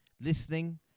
listening